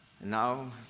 now